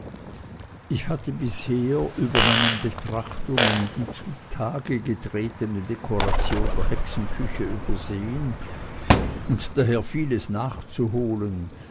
ich hatte bisher über meinen betrachtungen die zutage getretene dekoration der hexenküche übersehen und daher vieles nachzuholen